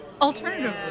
Alternatively